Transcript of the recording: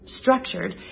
structured